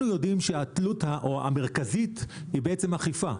כשכולנו יודעים שהתלות המרכזית היא אכיפה.